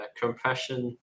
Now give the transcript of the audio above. compression